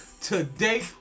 today